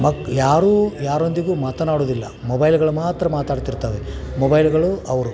ಮಕ್ ಯಾರೂ ಯಾರೊಂದಿಗೂ ಮಾತನಾಡುವುದಿಲ್ಲ ಮೊಬೈಲ್ಗಳು ಮಾತ್ರ ಮಾತಾಡ್ತಿರ್ತವೆ ಮೊಬೈಲ್ಗಳು ಅವರು